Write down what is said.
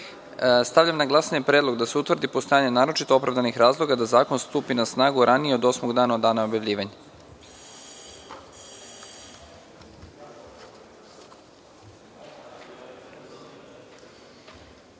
na glasanje predlog da se utvrdi postojanje naročito opravdanih razloga da zakon stupi na snagu ranije od osmog dana od dana objavljivanja. Molim